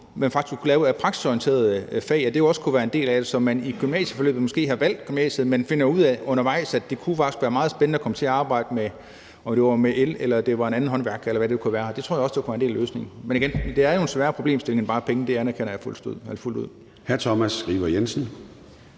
man faktisk kunne lære af praksisorienterede fag, og at det også kunne være en del af det, så man i sit gymnasieforløb måske nok har valgt gymnasiet, men undervejs finder ud af, at det faktisk kunne være meget spændende at komme til at arbejde med el eller et andet håndværk, eller hvad det nu kunne være. Det tror jeg også kunne være en del af løsningen. Men igen vil jeg sige, at det jo er en sværere problemstilling end bare penge; det anerkender jeg fuldt ud.